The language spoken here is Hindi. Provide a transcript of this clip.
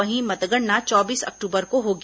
वहीं मतगणना चौबीस अक्टूबर को होगी